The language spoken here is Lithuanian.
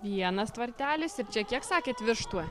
vienas tvartelis ir čia kiek sakėt vištų